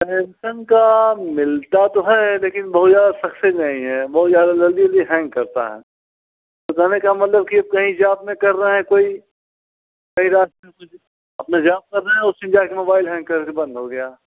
Samsung का मिलता तो है लेकिन बहुत ज्यादा सक्सेस नहीं है बहुत ज्यादा जल्दी जल्दी हैंग करता है तो कहने का मतलब की कहीं जॉब में कर रहे हैं कोई कहीं रास्ते अपना जॉब कर रहे हैं उसी में जा कर मोबाइल हैंग करके बंद हो गया